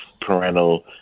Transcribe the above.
parental